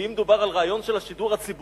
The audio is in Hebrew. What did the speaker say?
ואם מדובר על רעיון של השידור הציבורי,